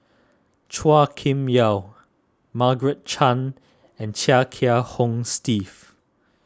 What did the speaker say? Chua Kim Yeow Margaret Chan and Chia Kiah Hong Steve